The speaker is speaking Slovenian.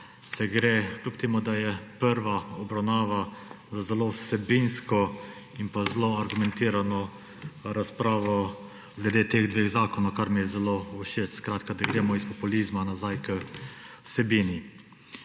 da gre, kljub temu da je prva obravnava, za zelo vsebinsko in pa zelo argumentirano razpravo glede teh dveh zakonov, kar mi je zelo všeč. Skratka, da gremo iz populizma nazaj k vsebini.